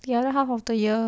the other half of the year